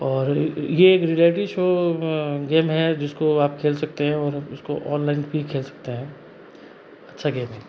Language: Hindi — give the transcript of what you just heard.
और ये एक रिएलिटी शो गेम है जिसको आप खेल सकते हैं और उसको ऑनलाइन भी खेल सकते हैं अच्छा गेम है